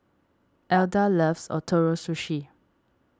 Elda loves Ootoro Sushi